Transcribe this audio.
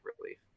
relief